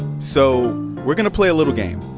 so we're going to play a little game